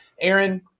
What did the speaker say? Aaron